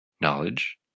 knowledge